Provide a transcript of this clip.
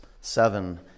seven